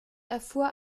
erfuhr